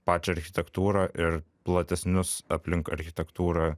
pačią architektūrą ir platesnius aplink architektūrą